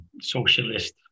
socialist